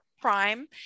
prime